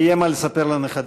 יהיה מה לספר לנכדים.